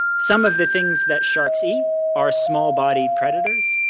some of the things that sharks eat are small-bodied predators